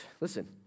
Listen